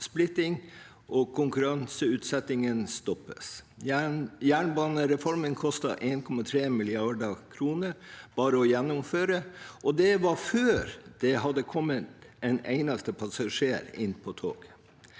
oppsplittingen og konkurranseutsettingen stoppes. Jernbanereformen kostet 1,3 mrd. kr bare å gjennomføre, og det var før det hadde kommet en eneste passasjer inn på toget.